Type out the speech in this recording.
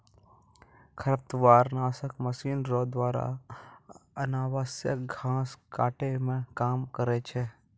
खरपतवार नासक मशीन रो द्वारा अनावश्यक घास काटै मे काम करै छै